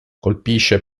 colpisce